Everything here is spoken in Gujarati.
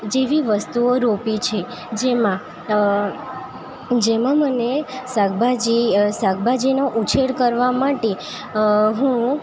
જેવી વસ્તુઓ રોપી છે જેમાં જેમાં મને શાકભાજી શાકભાજીનો ઉછેર કરવા માટે હું